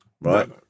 right